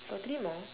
got three more